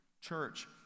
Church